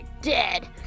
dead